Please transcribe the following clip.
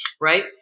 right